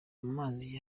amazi